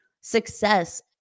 success